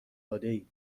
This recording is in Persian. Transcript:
دادهای